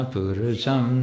Purusham